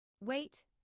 Wait